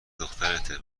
دخترته